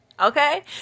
Okay